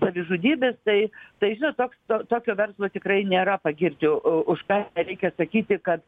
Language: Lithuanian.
savižudybės tai tai žinot toks tokio verslo tikrai nėra pagirčiau už ką nereikia sakyti kad